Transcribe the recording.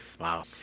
Wow